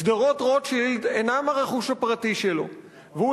שדרות-רוטשילד אינן הרכוש הפרטי שלו והוא